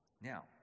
Now